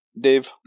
Dave